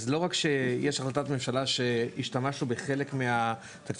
אז לא רק שיש החלטת ממשלה שהשתמשנו בחלק מהתקציבים